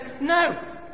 No